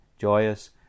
joyous